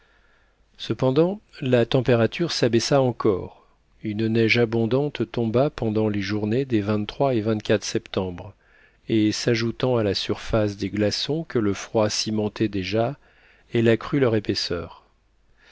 cependant la température s'abaissa encore une neige abondante tomba pendant les journées des et septembre et s'ajoutant à la surface des glaçons que le froid cimentait déjà elle accrut leur épaisseur